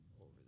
over